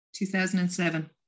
2007